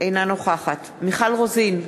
אינה נוכחת מיכל רוזין,